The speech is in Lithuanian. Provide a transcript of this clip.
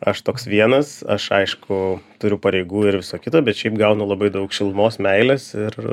aš toks vienas aš aišku turiu pareigų ir visa kita bet šiaip gaunu labai daug šilumos meilės ir